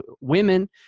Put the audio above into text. women